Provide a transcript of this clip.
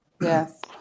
Yes